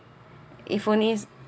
if only